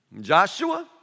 Joshua